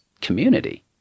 community